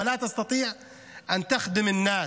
הממשלה הזאת לא יכולה לשרת את האנשים.